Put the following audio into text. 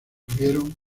tuvieron